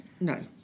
No